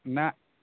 ना